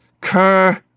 cur